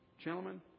gentlemen